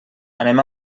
anem